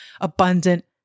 abundant